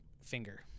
finger